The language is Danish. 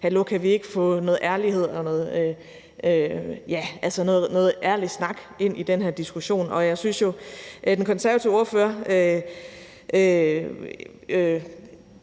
Hallo, kan vi ikke få noget ærlighed, noget ærlig snak, i den her diskussion? Jeg synes jo, at den konservative ordfører